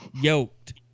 yoked